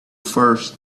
first